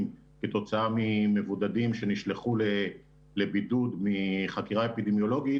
כתוצאה ממבודדים שנשלחו לבידוד מחקירה אפידמיולוגית